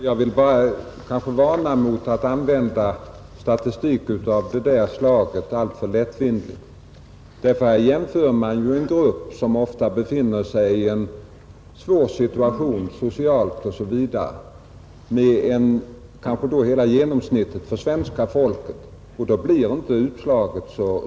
Herr talman! Jag vill varna för att allt för lättvindigt använda sådan här statistik så att man jämför en grupp människor som befinner sig i en svår social situation med kanske hela genomsnittet av svenska folket. Då blir inte utslaget riktigt.